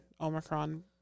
Omicron